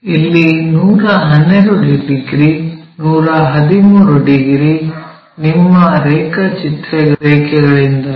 ಇಲ್ಲಿ 112 degree 113 degree ನಿಮ್ಮ ರೇಖಾಚಿತ್ರ ರೇಖೆಗಳಿಂದಾಗಿ